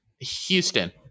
Houston